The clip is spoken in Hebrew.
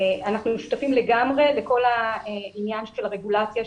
אנחנו שותפים לגמרי לכל העניין של הרגולציה,